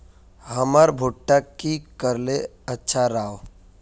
हमर भुट्टा की करले अच्छा राब?